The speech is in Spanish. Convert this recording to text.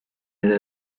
era